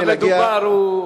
אדוני היושב-ראש,